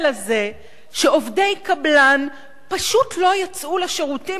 לזה שעובדי קבלן פשוט לא יצאו לשירותים,